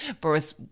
boris